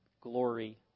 glory